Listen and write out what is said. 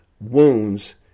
wounds